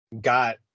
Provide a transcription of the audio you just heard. got